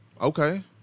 Okay